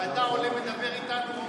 ואתה עולה ומדבר איתנו,